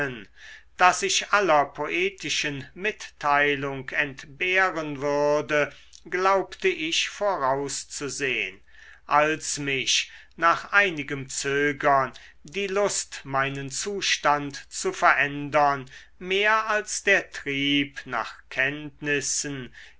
daß ich aller poetischen mitteilung entbehren würde glaubte ich vorauszusehn als mich nach einigem zögern die lust meinen zustand zu verändern mehr als der trieb nach kenntnissen